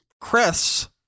Chris